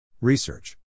Research